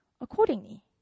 accordingly